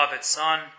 Son